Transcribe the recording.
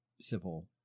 civil